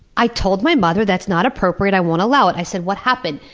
i told my mother that's not appropriate, i won't allow it. i said, what happened?